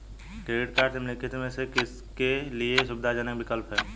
Credit cards निम्नलिखित में से किसके लिए सुविधाजनक विकल्प हैं?